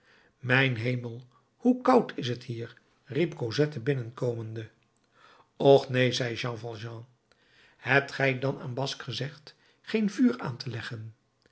mijn hemel hoe koud is t hier riep cosette binnenkomende och neen zei jean valjean hebt gij dan aan basque gezegd geen vuur aan te leggen